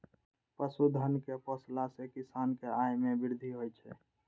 पशुधन कें पोसला सं किसान के आय मे वृद्धि होइ छै